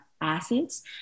acids